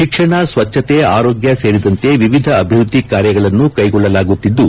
ಶಿಕ್ಷಣ ಸ್ವಚ್ಛತೆ ಆರೋಗ್ಯ ಸೇರಿದಂತೆ ವಿವಿಧ ಅಭಿವೃದ್ಧಿ ಕಾರ್ಯಗಳನ್ನು ಕೈಗೊಳ್ಳಲಾಗುತ್ತಿದ್ದು